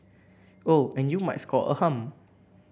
oh and you might score a hum